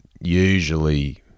usually